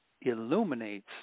illuminates